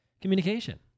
communication